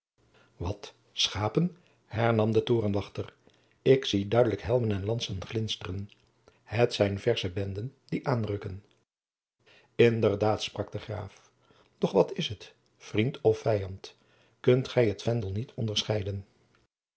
wat schapen hernam de torenwachter ik zie duidelijk helmen en lansen glinsteren het zijn versche benden die aanrukken indedaad sprak de graaf doch wat is het vriend of vijand kunt gij het vendel niet onderscheiden